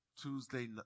Tuesday